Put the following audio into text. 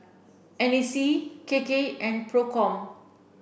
N A C K K and PROCOM